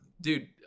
Dude